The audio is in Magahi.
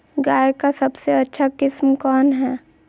गाय का सबसे अच्छा किस्म कौन हैं?